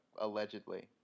allegedly